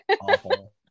Awful